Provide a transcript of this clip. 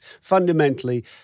fundamentally